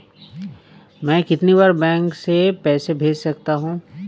मैं कितनी बार बैंक से पैसे भेज सकता हूँ?